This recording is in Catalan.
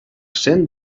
cent